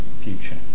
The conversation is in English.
future